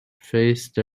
faced